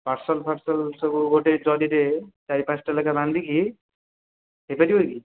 ପାର୍ସଲ୍ଫାର୍ସଲ୍ ସବୁ ଗୋଟିଏ ଜରିରେ ଚାରି ପାଞ୍ଚଟା ଲେଖାଁ ବାନ୍ଧିକି ଦେଇପାରିବେ କି